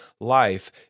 life